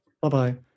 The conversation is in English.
Bye-bye